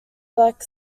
black